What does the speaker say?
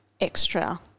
extra